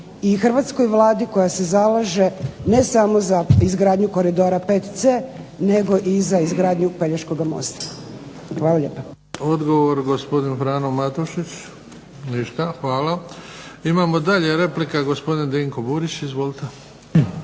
hrvatskoj Vladi koja se zalaže ne samo za izgradnju Koridora VC nego i za izgradnju Pelješkoga mosta. Hvala. **Bebić, Luka (HDZ)** Odgovor gospodin Frano Matušić. Ništa. Hvala. Imamo dalje replika, gospodin Dinko Burić. Izvolite.